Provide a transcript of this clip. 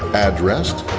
addressed,